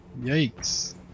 Yikes